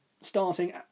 starting